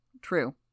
True